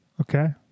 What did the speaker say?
Okay